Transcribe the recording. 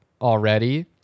already